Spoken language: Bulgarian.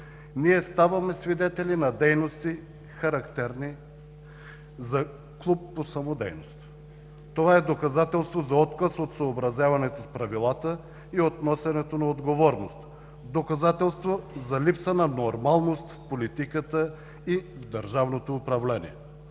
ние ставаме свидетели на дейности, характерни за клуб по самодейност. Това е доказателство за отказ от съобразяването с правилата и от носенето на отговорност, доказателство за липса на нормалност в политиката и в държавното управление,